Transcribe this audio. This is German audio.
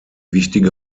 wichtige